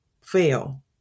fail